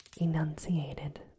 enunciated